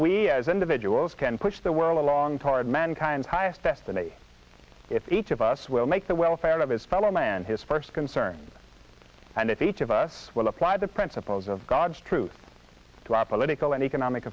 we as individuals can push the world along toward mankind's highest destiny if each of us will make the welfare of his fellow man his first concern and if each of us will apply the principles of god's truth to our political and economic